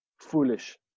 foolish